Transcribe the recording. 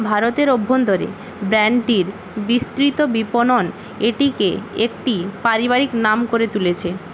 ভারতের অভ্যন্তরে ব্র্যান্ডটির বিস্তৃত বিপণন এটিকে একটি পরিবারিক নাম করে তুলেছে